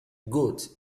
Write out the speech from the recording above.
goat